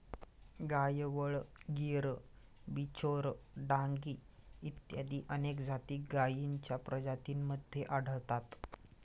गायवळ, गीर, बिचौर, डांगी इत्यादी अनेक जाती गायींच्या प्रजातींमध्ये आढळतात